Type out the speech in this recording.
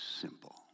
simple